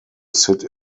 sit